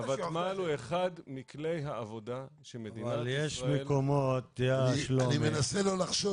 מכלי העבודה של מדינת ישראל -- אני מנסה לחשוב